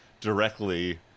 directly